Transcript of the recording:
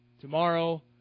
tomorrow